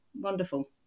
Wonderful